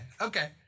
okay